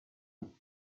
vie